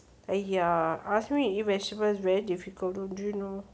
!aiya! ask me eat vegetable very difficult to do you know